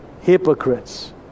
hypocrites